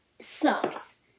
sucks